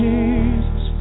Jesus